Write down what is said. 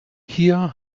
hier